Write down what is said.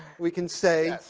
we can say?